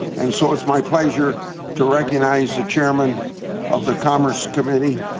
and so it's my pleasure to recognize the chairman of the commerce committee,